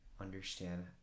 understand